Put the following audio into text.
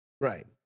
Right